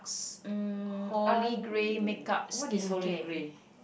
mm uh what is holy grail